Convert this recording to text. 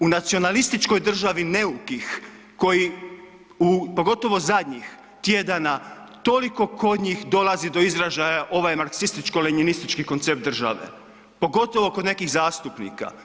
U nacionalističkoj državi neukih koji pogotovo zadnjih tjedana toliko kod njih dolazi do izražaja ovaj marksističko lenjinistički koncept države, pogotovo kod nekih zastupnika.